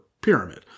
Pyramid